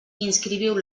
inscriviu